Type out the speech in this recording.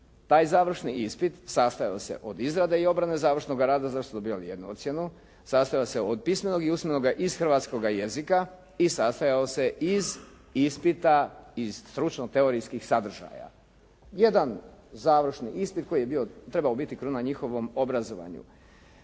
Taj završni ispit sastajao se od izrade i obrane završnoga rada za što su dobivali jednu ocjenu, sastojao se od pismenoga i usmenoga iz hrvatskoga jezika i sastajao se iz ispita iz stručno teorijskih sadržaja. Jedan završni ispit koji je trebao biti kruna njihovom obrazovanju,